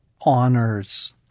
honors